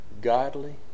godly